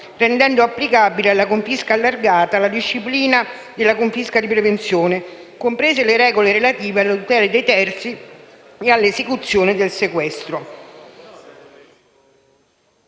rendendo applicabile alla confisca allargata la disciplina della confisca di prevenzione, comprese le regole relative alla tutela dei terzi e all'esecuzione del sequestro.